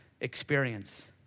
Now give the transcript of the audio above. experience